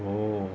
oh